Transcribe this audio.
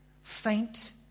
Faint